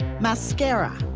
mascara,